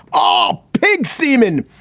oh, pig semen.